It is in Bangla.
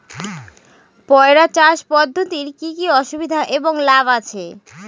পয়রা চাষ পদ্ধতির কি কি সুবিধা এবং লাভ আছে?